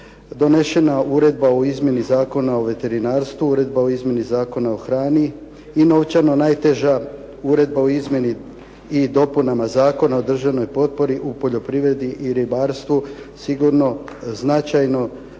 donošena Uredba o izmjeni Zakona o veterinarstvu, Uredba o izmjeni Zakona o hrani i novčano najteža Uredba o izmjeni i dopunama Zakona o državnoj potpori u poljoprivredi i ribarstvu, sigurno značajno